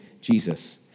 Jesus